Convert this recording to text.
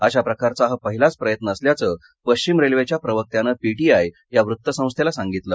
अशा प्रकारचा हा पहिलाच प्रयत्न असल्याचं पश्चिम रेल्वेच्या प्रवक्त्यानं पीटीआय या वृत्तसंस्थेला सांगितलं